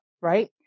right